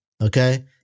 okay